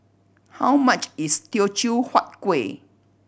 how much is Teochew Huat Kueh